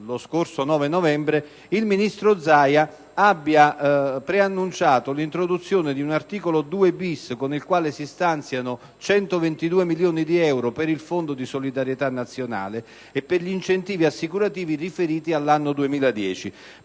il ministro Zaia abbia preannunciato l'introduzione di un articolo 2-*bis*, con il quale si stanziano 122 milioni di euro per il Fondo di solidarietà nazionale e per gli incentivi assicurativi riferiti all'anno 2010,